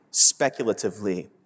speculatively